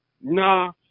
Nah